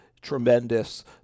tremendous